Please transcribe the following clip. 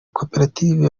koperative